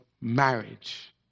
marriage